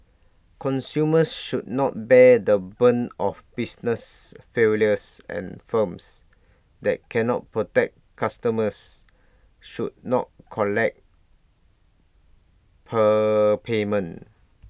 consumers should not bear the brunt of business failures and firms that cannot protect customers should not collect prepayment